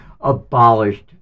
abolished